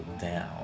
down